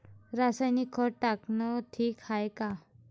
रासायनिक खत टाकनं ठीक हाये का?